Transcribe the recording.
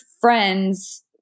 friends